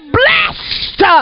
blessed